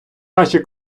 наші